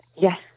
Yes